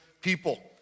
people